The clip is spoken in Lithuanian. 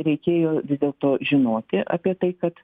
reikėjo vis dėlto žinoti apie tai kad